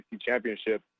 championship